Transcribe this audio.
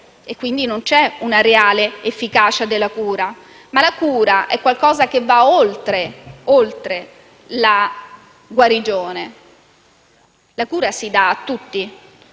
e quindi non c'è una reale efficacia della cura, ma la cura è qualcosa che va oltre la guarigione. La cura si dà a tutti.